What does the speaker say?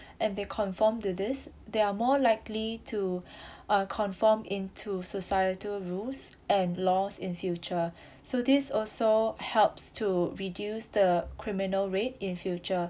and they conform to this they are more likely to uh confirm into societal rules and laws in future so this also helps to reduce the criminal rate in future